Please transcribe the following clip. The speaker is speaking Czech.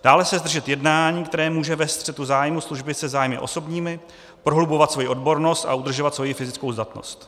Dále se zdržet jednání, které může vést k střetu zájmů služby se zájmy osobními, prohlubovat svoji odbornost a udržovat svoji fyzickou zdatnost.